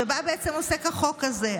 שבה בעצם עוסק החוק הזה.